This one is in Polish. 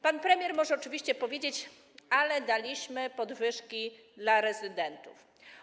Pan premier może oczywiście powiedzieć: ale daliśmy podwyżki rezydentom.